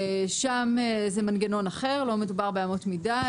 שם זה מנגנון אחר לא מדובר באמות מידה,